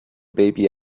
baby